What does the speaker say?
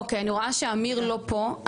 אוקיי, אני רואה שאמיר לא פה.